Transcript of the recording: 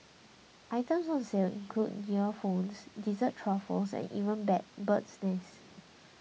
items on sale include earphones dessert truffles and even bird's nest